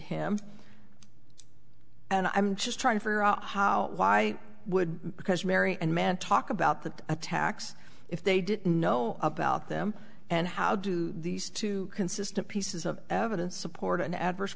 him and i'm just trying to figure out how i would because mary and man talk about the attacks if they didn't know about them and how do these two consistent pieces of evidence support an adverse